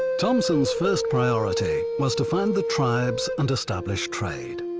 thompson's first priority was to find the tribes and establish trade.